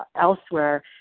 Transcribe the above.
elsewhere